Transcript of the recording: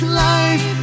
life